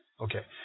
okay